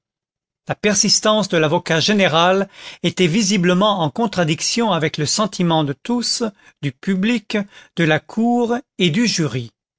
la persistance de l'avocat général était visiblement en contradiction avec le sentiment de tous du public de la cour et du jury